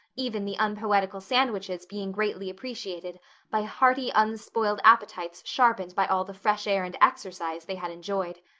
even the unpoetical sandwiches being greatly appreciated by hearty, unspoiled appetites sharpened by all the fresh air and exercise they had enjoyed.